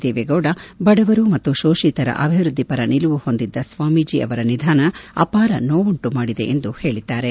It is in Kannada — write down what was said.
ದೇವೇಗೌಡ ಬಡವರು ಮತ್ತು ಶೋಷಿತರ ಅಭಿವೃದ್ದಿ ಪರ ನಿಲುವು ಹೊಂದಿದ್ದ ಸ್ವಾಮೀಜಿ ಅವರ ನಿಧನ ಅಪಾರ ನೋವುಂಟು ಮಾದಿದೆ ಎಂದು ಹೇಳಿದ್ದಾರೆ